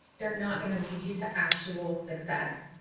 they're not going to lead you to actual success.